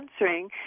answering